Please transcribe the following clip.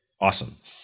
Awesome